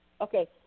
Okay